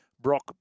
Brock